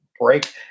break